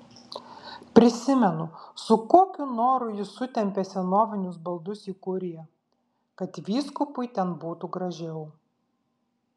prisimenu su kokiu noru jis sutempė senovinius baldus į kuriją kad vyskupui ten būtų gražiau